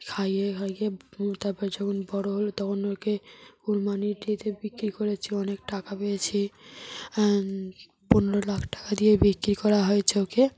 খাইয়ে খাইয়ে তারপর যখন বড় হলো তখন ওকে কুরবানি দিতে বিক্রি করেছি অনেক টাকা পেয়েছি পনেরো লাখ টাকা দিয়ে বিক্রি করা হয়েছে ওকে